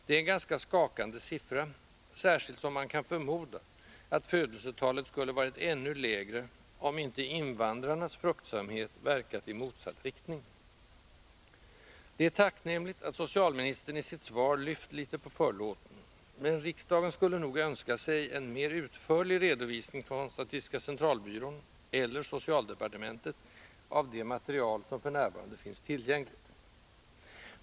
Det är ganska skakande, särskilt som man kan förmoda att födelsetalet skulle ha varit ännu lägre, om inte invandrarnas fruktsamhet verkat i motsatt riktning. Det är tacknämligt att socialministern i sitt svar lyft litet på förlåten, men riksdagen skulle nog önska sig en mer utförlig redovisning från statistiska centralbyrån, eller socialdepartementet, av det material som f.n. finns tillgängligt.